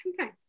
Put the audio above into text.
okay